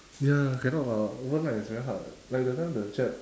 ya cannot lah overnight it's very hard like that time the jap